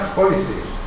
policies